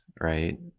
right